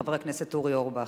חבר הכנסת אורי אורבך.